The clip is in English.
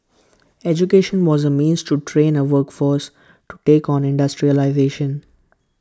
education was A means to train A workforce to take on industrialisation